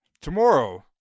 tomorrow